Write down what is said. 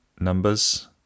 numbers